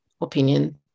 opinion